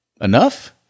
Enough